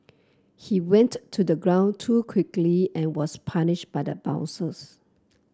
he went to ground too quickly and was punished by the bounce